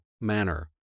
manner